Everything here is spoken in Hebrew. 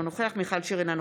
אינו נוכח מיכל שיר סגמן,